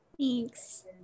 thanks